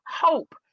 hope